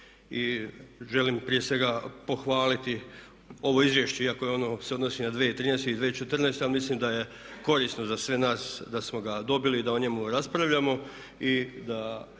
I želim prije svega pohvaliti ovo izvješće iako se ono odnosi na 2013. i 2014., ja mislim da je korisno za sve nas da smo ga dobili i da o njemu raspravljamo